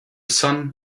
sun